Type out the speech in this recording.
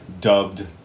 dubbed